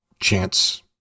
chance